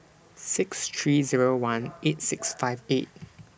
six three Zero one eight six five eight